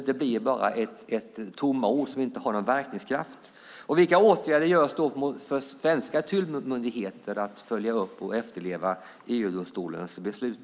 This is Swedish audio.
Det blir nämligen bara tomma ord som inte har någon verkningskraft. Vilka åtgärder görs hos svenska tullmyndigheter för att följa upp och efterleva EU-domstolens beslut?